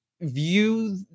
view